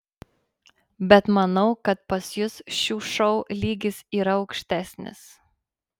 bet manau kad pas jus šių šou lygis yra aukštesnis